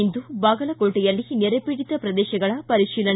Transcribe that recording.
ಇಂದು ಬಾಗಲಕೋಟೆಯಲ್ಲಿ ನೆರೆಪೀಡಿತ ಪ್ರದೇಶಗಳ ಪರಿಶೀಲನೆ